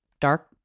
dark